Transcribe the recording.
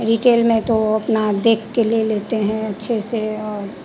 retail में तो अपना देख कर ले लेते हैं अच्छे से और